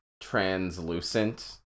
translucent